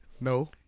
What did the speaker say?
No